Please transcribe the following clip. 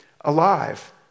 alive